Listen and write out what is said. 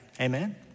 amen